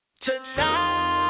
tonight